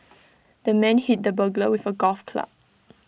the man hit the burglar with A golf club